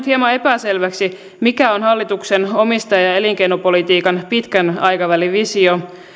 hieman epäselväksi mikä on hallituksen omistaja ja elinkeinopolitiikan pitkän aikavälin visio